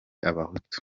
abahutu